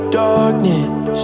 darkness